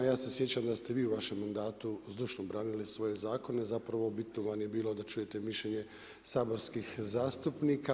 Ja se sjećam da ste vi u vašem mandatu dušno branili svoje zakone, zapravo bitno vam je bilo da čujete mišljenje saborskih zastupnika.